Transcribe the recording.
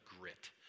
grit